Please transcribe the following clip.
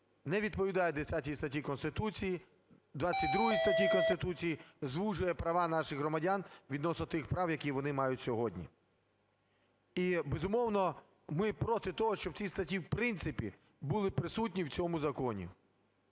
не відповідає 10 статті Конституції, 22 статті Конституції, звужує права наших громадян відносно тих прав, які вони мають сьогодні. І, безумовно, ми проти того, щоб ці статті в принципі були присутні в цьому законі.